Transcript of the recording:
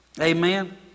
Amen